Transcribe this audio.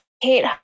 Kate